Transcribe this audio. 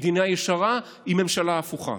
מדינה ישרה עם ממשלה הפוכה.